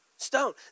stone